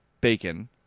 bacon